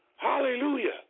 Hallelujah